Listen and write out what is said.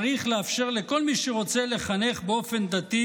צריך לאפשר לכל מי שרוצה לחנך באופן דתי